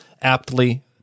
aptly